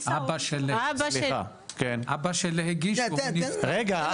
אבא הגיש --- רגע,